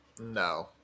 no